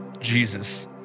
Jesus